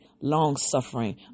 long-suffering